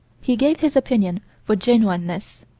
he gave his opinion for genuineness.